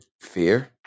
fear